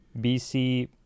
BC